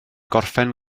gorffen